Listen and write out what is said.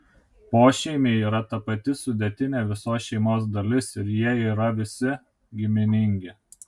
pošeimiai yra ta pati sudėtinė visos šeimos dalis ir jie yra visi giminingi